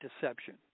deception